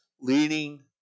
leading